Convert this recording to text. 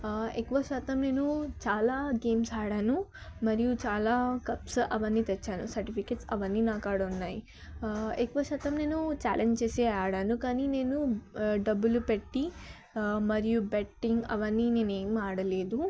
ఎక్కువ శాతం నేను చాలా గేమ్స్ ఆడాను మరియు చాలా కప్స్ అవన్నీ తెచ్చాను సర్టిఫికెట్స్ అవన్నీ నా కాడ ఉన్నాయ్ ఎక్కువ శాతం నేను ఛాలెంజ్ చేసి ఆడాను కానీ నేను డబ్బులు పెట్టి మరియు బెట్టింగ్ అవన్నీ నేనేం ఆడలేదు